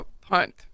punt